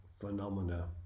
phenomena